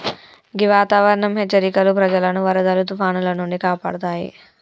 గీ వాతావరనం హెచ్చరికలు ప్రజలను వరదలు తుఫానాల నుండి కాపాడుతాయి